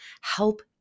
help